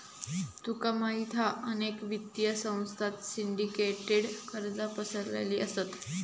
तुका माहित हा अनेक वित्तीय संस्थांत सिंडीकेटेड कर्जा पसरलेली असत